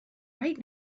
right